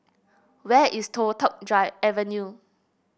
where is Toh Tuck Drive Avenue